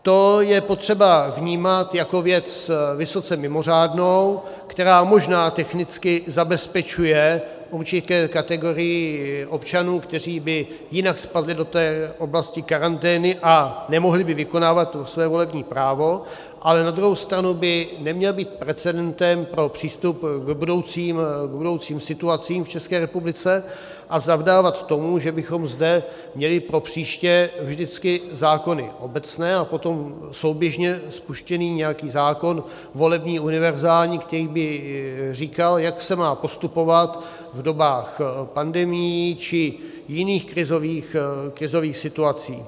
To je potřeba vnímat jako věc vysoce mimořádnou, která možná technicky zabezpečuje určité kategorii občanů, kteří by jinak spadli do té oblasti karantény a nemohli by vykonávat své volební právo, ale na druhou stranu by neměl být precedentem pro přístup k budoucím situacím v České republice a zavdávat k tomu, že bychom zde měli propříště vždycky zákony obecné a potom souběžně spuštěný nějaký volební zákon univerzální, který by říkal, jak se má postupovat v dobách pandemií či v jiných krizových situacích.